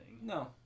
No